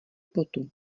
potu